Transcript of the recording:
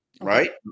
Right